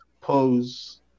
pose